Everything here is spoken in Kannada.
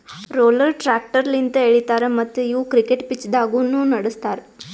ರೋಲರ್ ಟ್ರ್ಯಾಕ್ಟರ್ ಲಿಂತ್ ಎಳಿತಾರ ಮತ್ತ್ ಇವು ಕ್ರಿಕೆಟ್ ಪಿಚ್ದಾಗ್ನು ನಡುಸ್ತಾರ್